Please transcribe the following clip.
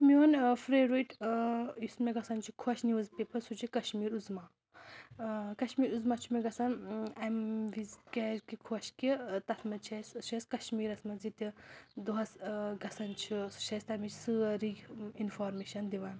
میوٗن ٲں فیورِٹ ٲں یُس مےٚ گژھان چھُ خۄش نِوٕز پیپَر سُہ چھُ کَشمیٖر عُظمیٰ ٲں کَشمیٖر عُظمۍٰ چھُ مےٚ گَژھان ٲں اَمہِ وِزِ کیازکہِ خۄش کہِ ٲں تَتھ منٛز چھِ اسہِ سُہ چھُ اسہِ کَشمیٖرَس منٛز یہِ تہِ دۄہَس ٲں گَژھان چھُ سُہ چھِ اسہِ تَمِچ سٲرٕے اِنفارمیشَن دِوان